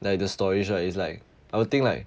like the stories right it's like I will think like